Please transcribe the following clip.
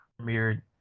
premiered